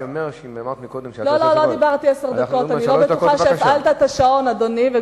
אני לא בטוחה שהפעלת את השעון, אדוני.